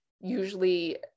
usually